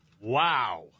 Wow